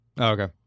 Okay